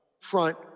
front